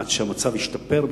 עד שהמצב ישתפר,